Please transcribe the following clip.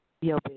Yo